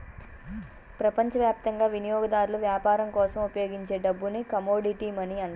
ప్రపంచవ్యాప్తంగా వినియోగదారులు వ్యాపారం కోసం ఉపయోగించే డబ్బుని కమోడిటీ మనీ అంటారు